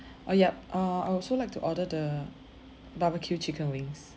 uh yup uh I'd also like to order the barbecue chicken wings